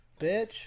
Bitch